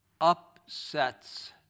upsets